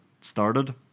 started